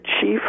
chief